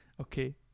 okay